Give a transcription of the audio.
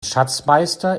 schatzmeister